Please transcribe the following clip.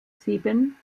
sieben